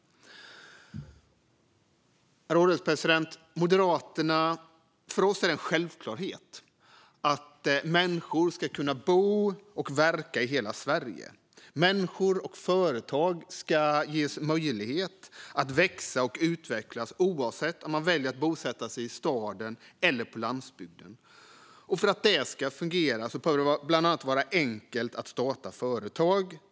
Herr ålderspresident! För oss moderater är det en självklarhet att människor ska kunna bo och verka i hela Sverige. Människor och företag ska ges möjlighet att växa och utvecklas oavsett om man väljer att bosätta sig i staden eller på landsbygden. För att det ska fungera behöver det bland annat vara enkelt att starta företag.